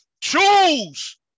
choose